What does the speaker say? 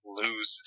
lose